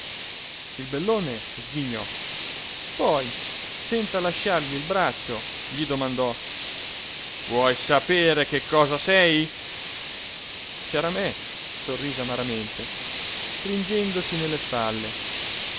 il bellone sghignò poi senza lasciargli il braccio gli domandò vuoi sapere che cosa sei sciaramè sorrise amaramente stringendosi nelle spalle